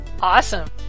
Awesome